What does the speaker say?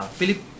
Philip